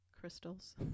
Crystals